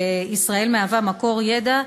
וישראל מהווה מקור ידע,